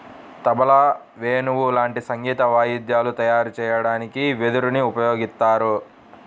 తబలా, వేణువు లాంటి సంగీత వాయిద్యాలు తయారు చెయ్యడానికి వెదురుని ఉపయోగిత్తారు